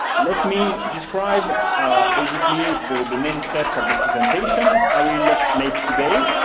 let me describe basically the the main steps of the presentation i will make today.